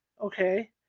Okay